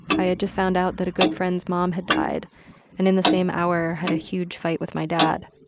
i had just found out that a good friend's mom had died and in the same hour, had a huge fight with my dad.